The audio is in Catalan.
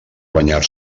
guanyar